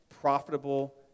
profitable